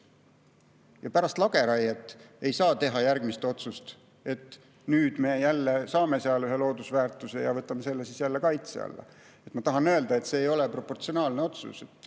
Pärast lageraiet ei saa teha järgmist otsust, et nüüd me jälle [leidsime seal] ühe loodusväärtuse ja võtame selle kaitse alla. Ma tahan öelda, et see ei ole proportsionaalne otsus.